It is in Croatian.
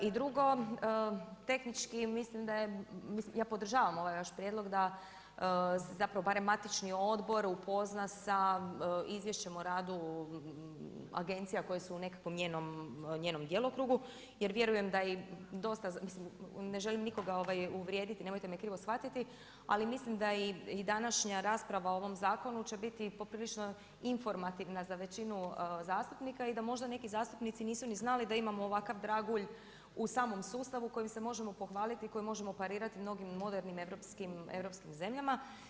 I drugo, tehnički, ja podržavam ovaj vaš prijedlog da se zapravo barem matični odbor upozna sa izvješćem o radu agencija koje su nekakvom njenom djelokrugu, jer vjerujem da, ne želim nikoga uvrijediti, nemojte me krivo shvatiti, ali mislim da i današnja rasprava o ovom zakonu će biti poprilično informativna za većinu zastupnika i da možda neki zastupnici nisu ni znali da imamo ovakav dragulj u samom sustavu kojim se možemo pohvaliti, kojim možemo parirati mnogim modernim europskim zemljama.